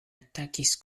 atakis